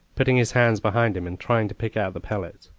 putting his hands behind him, and trying to pick out the pellets.